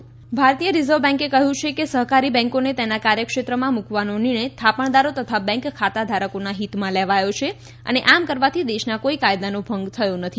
reserve bank સહકારી ભારતીય reserve બેન્કે કહ્યું છે કે સહકારી બેન્કોને તેના કાર્યક્ષેત્રમાં મૂકવાનો નિર્ણય થાપણદારો તથા બેન્ક ખાતાધારકોના હિતમાં લેવાથો છે અને આમ કરવાથી દેશના કોઈ કાયદાનો ભંગ થયો નથી